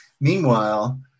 Meanwhile